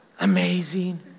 Amazing